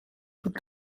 toutes